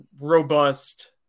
robust